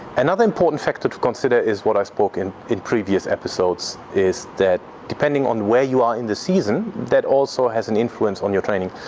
another important factor to consider is what i spoke in in previous episodes is that depending on where you are in the season that also has an influence on your training.